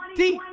dee,